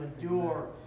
endure